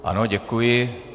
Ano, děkuji.